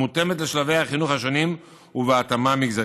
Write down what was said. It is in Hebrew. המותאמת לשלבי החינוך השונים, ובהתאמה מגזרית.